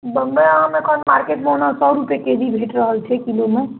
बम्बइ आम एखन मार्केटमे ओना सओ रुपैआ के जी भेट रहल छै किलोमे